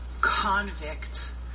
convicts